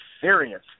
serious